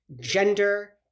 gender